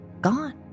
Gone